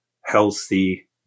healthy